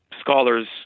scholars